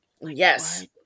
Yes